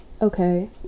okay